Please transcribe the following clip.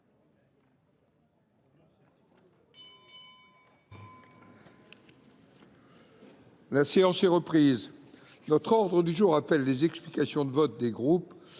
La séance est reprise. L’ordre du jour appelle les explications de vote des groupes